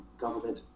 government